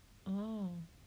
oh